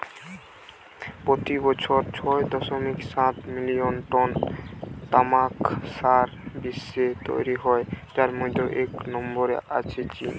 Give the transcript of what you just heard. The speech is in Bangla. পোতি বছর ছয় দশমিক সাত মিলিয়ন টন তামাক সারা বিশ্বে তৈরি হয় যার মধ্যে এক নম্বরে আছে চীন